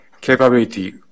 capability